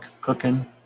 cooking